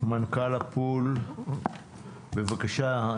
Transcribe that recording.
מנכ"ל הפול, בבקשה.